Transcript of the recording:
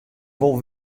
wol